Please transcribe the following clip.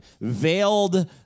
veiled